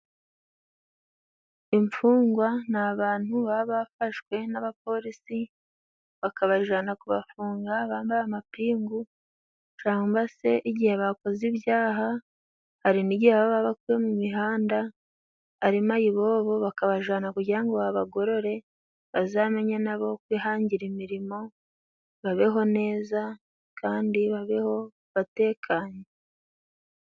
Imfungwa ni abantu baba bafashwe n'abapolisi, bakabajana kubafunga bambaye amapingu, cangwa se igihe bakoze ibyaha. Hari n'igihe baba babakuye mu mihanda ari mayibobo, bakabajana kugira ngo babagorore, bazamenye nabo kwihangira imirimo babeho neza kandi babeho batekanye.